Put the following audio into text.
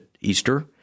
Easter